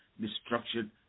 destruction